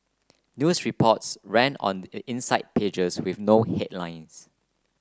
news reports ran on the inside pages with no headlines